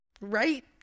right